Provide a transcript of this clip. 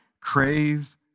Crave